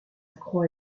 croix